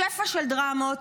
שפע של דרמות,